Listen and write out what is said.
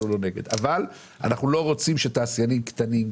אבל אנחנו לא רוצים שתעשיינים קטנים,